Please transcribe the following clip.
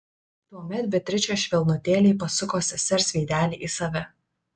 tuomet beatričė švelnutėliai pasuko sesers veidelį į save